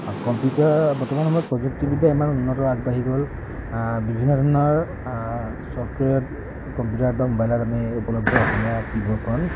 computer বৰ্তমান সময়ত প্ৰযুক্তিবিদ্যা ইমান উন্নত আগবাঢ়ি গ'ল বিভিন্ন ধৰণৰ ছফ্টৱেৰ কম্পিউটাৰত বা মোবাইলত আমি উপলব্ধ অসমীয়া কীব'ৰ্ডখন